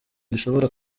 gishobora